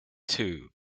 two